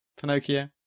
Pinocchio